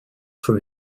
for